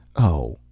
oh,